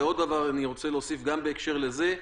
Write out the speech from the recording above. ועוד דבר שאני רוצה להוסיף גם בהקשר לזה.